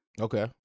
Okay